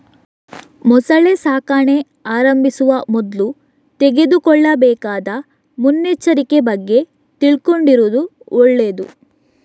ಮೊಸಳೆ ಸಾಕಣೆ ಆರಂಭಿಸುವ ಮೊದ್ಲು ತೆಗೆದುಕೊಳ್ಳಬೇಕಾದ ಮುನ್ನೆಚ್ಚರಿಕೆ ಬಗ್ಗೆ ತಿಳ್ಕೊಂಡಿರುದು ಒಳ್ಳೇದು